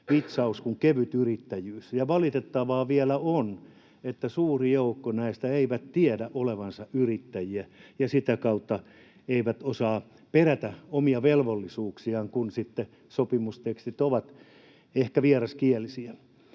pitchaus kuin kevytyrittäjyys. Ja valitettavaa vielä on, että suuri joukko näistä ei tiedä olevansa yrittäjiä ja sitä kautta eivät osaa perätä omia oikeuksiaan, kun sopimusehdot ovat ehkä vieraskielisiä.